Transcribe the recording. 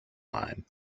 line